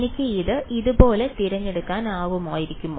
എനിക്ക് ഇത് ഇതുപോലെ തിരഞ്ഞെടുക്കാമായിരുന്നോ